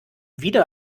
wieder